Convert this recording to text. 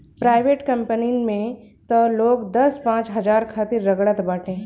private कंपनीन में तअ लोग दस पांच हजार खातिर रगड़त बाटे